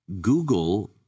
Google